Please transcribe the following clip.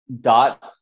dot